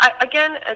again